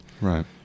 right